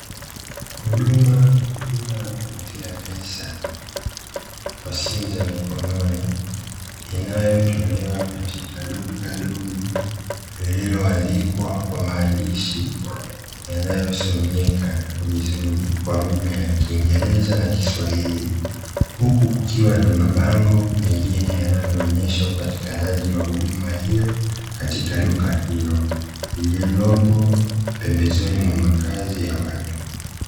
Huduma ya kutuma na kupokea pesa kwa simu za mikononi, inayotolewa katika duka dogo lililoandikwa kwa maandishi yanayosomeka vizuri kwa lugha ya kiingereza na kiswahili, huku kukiwa na mabango mengine yanayoonyesha upatikanaji wa huduma hiyo katika duka hilo lililopo pembezoni mwa makazi ya watu.